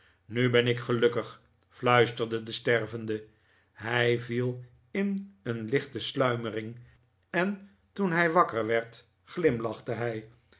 nu ben ik gelukkig fluisterde de stervende hij viel in een lichte sluimering en toen hij wakker werd glimlachte hij